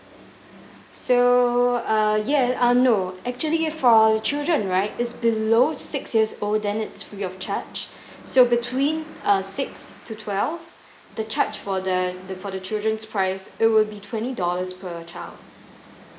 so uh yes uh no actually for children right is below six years old then it's free of charge so between uh six to twelve the charge for the the for the children's price it will be twenty dollars per child